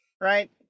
right